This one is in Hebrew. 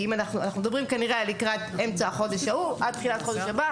אנחנו מדברים כנראה על לקראת אמצע החודש ההוא עד תחילת חודש הבא,